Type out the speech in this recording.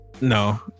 no